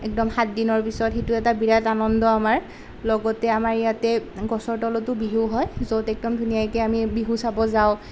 একদম সাত দিনৰ পিছত সেইটো এটা বিৰাট আনন্দ আমাৰ লগতে আমাৰ ইয়াতে গছৰ তলতো বিহু হয় য'ত একদম ধুনীয়াকৈ আমি বিহু চাব যাওঁ